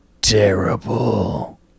terrible